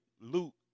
Luke